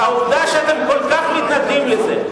והעובדה שאתם כל כך מתנגדים לזה,